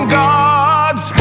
gods